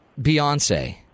Beyonce